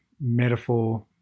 metaphor